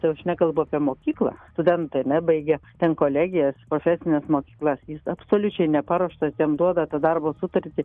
tai jau aš nekalbu apie mokyklą studentai nebaigė ten kolegijas profesines mokyklas jis absoliučiai neparuoštas jam duoda tą darbo sutartį